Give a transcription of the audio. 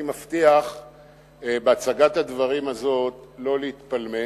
אני מבטיח בהצגת הדברים הזאת לא להתפלמס,